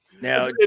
now